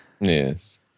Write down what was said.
Yes